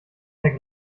der